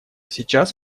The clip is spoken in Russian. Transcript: сейчас